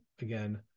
again